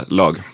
lag